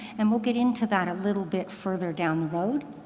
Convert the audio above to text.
and we'll get into that a little bit further down the road.